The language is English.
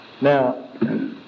Now